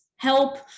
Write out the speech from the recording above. help